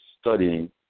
studying